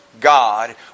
God